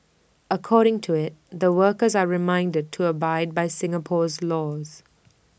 according to IT the workers are reminded to abide by Singapore's laws